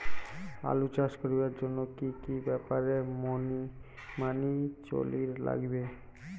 আলু চাষ করিবার জইন্যে কি কি ব্যাপার মানি চলির লাগবে?